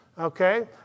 okay